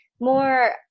more